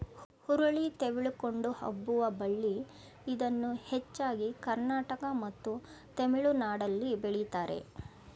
ಹುರುಳಿ ತೆವಳಿಕೊಂಡು ಹಬ್ಬುವ ಬಳ್ಳಿ ಇದನ್ನು ಹೆಚ್ಚಾಗಿ ಕರ್ನಾಟಕ ಮತ್ತು ತಮಿಳುನಾಡಲ್ಲಿ ಬೆಳಿತಾರೆ